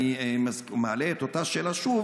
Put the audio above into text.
אני מעלה את אותה שאלה שוב,